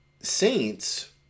Saints